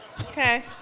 Okay